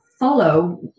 follow